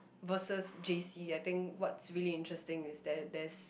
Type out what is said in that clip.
versus J_C I think what's really interesting is that there's